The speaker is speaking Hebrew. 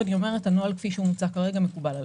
הנוהל כפי שמוצע כרגע מקובל עלינו.